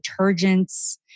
detergents